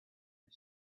are